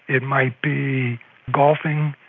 it might be golfing,